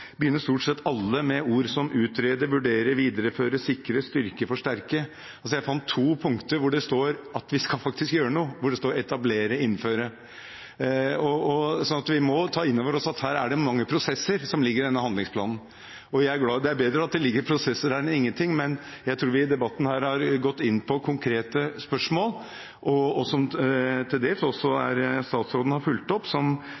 begynner stort sett alle med ord som «utrede», «vurdere», «videreføre», «sikre», «styrke», «forsterke». Jeg fant to punkter hvor det står at vi faktisk skal gjøre noe, hvor det står «etablere» og «innføre». Vi må ta inn over oss at det er mange prosesser som ligger i denne handlingsplanen. Det er bedre at det ligger prosesser her enn ingenting, men jeg tror at vi i debatten her har gått inn på konkrete spørsmål, som statsråden til dels har fulgt opp, som gjør at vi kan komme videre. Jeg vil be statsråden med det